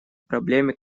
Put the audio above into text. проблеме